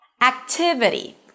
activity